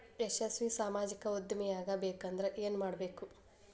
ಯಶಸ್ವಿ ಸಾಮಾಜಿಕ ಉದ್ಯಮಿಯಾಗಬೇಕಂದ್ರ ಏನ್ ಮಾಡ್ಬೇಕ